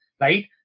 right